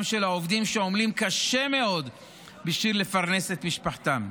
של העובדים שעמלים קשה מאוד בשביל לפרנס את בני משפחתם.